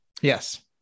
Yes